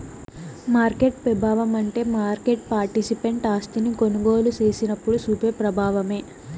market పెబావమంటే market participant ఆస్తిని కొనుగోలు సేసినప్పుడు సూపే ప్రబావమే